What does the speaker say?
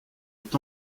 est